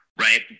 right